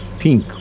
pink